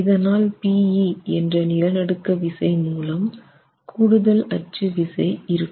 இதனால் Pe என்ற நிலநடுக்கவிசை மூலம் கூடுதல் அச்சு விசை இருக்கும்